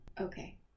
Okay